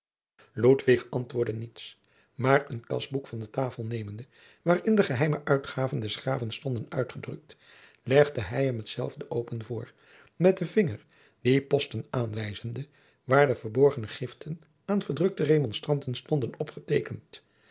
antwoordde niets maar een kasboek van de tafel nemende waarin de geheime uitgaven des graven stonden uitgedrukt legde hij hem hetzelve open voor met den vinger die posten aanwijzende waar de verborgene giften aan verdrukte remonstranten stonden opgeteekend